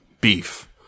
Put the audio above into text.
beef